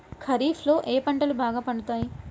ఖరీఫ్లో ఏ పంటలు బాగా పండుతాయి?